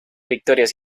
victorias